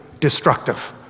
destructive